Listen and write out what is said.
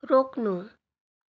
रोक्नु